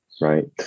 right